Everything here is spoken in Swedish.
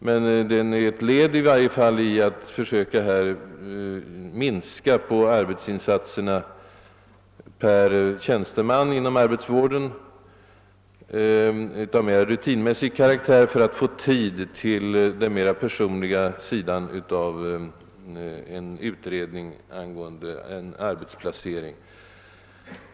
Den är i varje fall ett led i strävandena att försöka minska de mer rutinbetonade <arbetsuppgifterna för tjänstemännen inom arbetsvården, så att dessa får mera tid för personliga insatser när det gäller utredningarna om arbetsplaceringar.